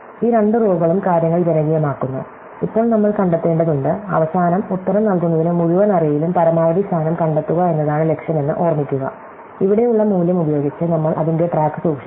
ഈ രണ്ട് റോകളും കാര്യങ്ങൾ ജനകീയമാക്കുന്നു ഇപ്പോൾ നമ്മൾ കണ്ടെത്തേണ്ടതുണ്ട് അവസാനം ഉത്തരം നൽകുന്നതിന് മുഴുവൻ അറേയിലും പരമാവധി സ്ഥാനം കണ്ടെത്തുക എന്നതാണ് ലക്ഷ്യമെന്ന് ഓർമ്മിക്കുക ഇവിടെയുള്ള മൂല്യം ഉപയോഗിച്ച് നമ്മൾ അതിന്റെ ട്രാക്ക് സൂക്ഷിക്കുന്നു